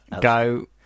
Go